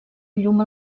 llum